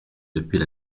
depuis